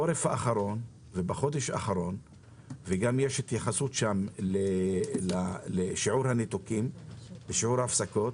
בדו"ח יש התייחסות גם לשיעור הניתוקים וההפסקות,